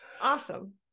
Awesome